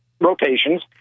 rotations